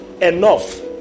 enough